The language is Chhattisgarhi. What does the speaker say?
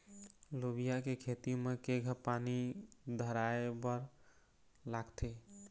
लोबिया के खेती म केघा पानी धराएबर लागथे?